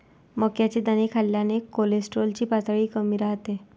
मक्याचे दाणे खाल्ल्याने कोलेस्टेरॉल ची पातळी कमी राहते